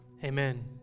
Amen